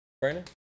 Brandon